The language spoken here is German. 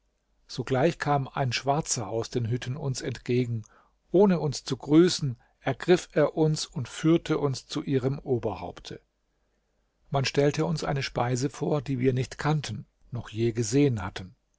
sogleich kam ein schwarzer aus den hütten uns entgegen ohne uns zu grüßen ergriff er uns und führte uns zu ihrem oberhaupte man stellte uns eine speise vor die wir nicht kannten noch je gesehen hatten